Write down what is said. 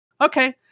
okay